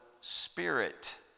Spirit